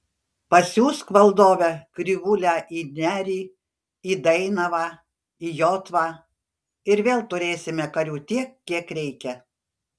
pasiųsk valdove krivūlę į nerį į dainavą į jotvą ir vėl turėsime karių tiek kiek reikia